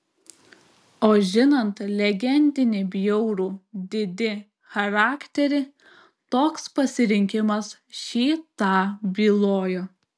o žinant legendinį bjaurų didi charakterį toks pasirinkimas šį tą bylojo